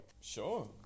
Sure